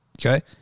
Okay